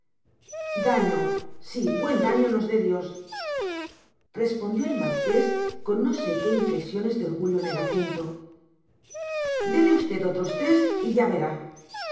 daño sí buen daño nos dé dios respondió el marqués con no sé qué inflexiones de orgullo en el acento déle usted otros tres y ya verá